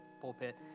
pulpit